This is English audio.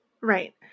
Right